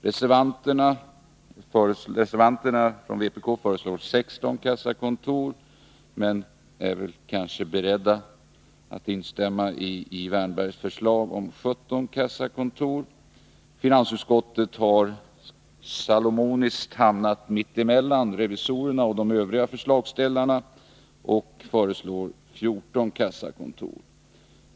Reservanterna från vpk föreslår 16 kassakontor, men de är kanske beredda att instämma i Erik Wärnbergs förslag om 17 kassakontor. Finansutskottet har salomoniskt hamnat mitt emellan revisorerna och de övriga förslagsställarna och föreslår 14.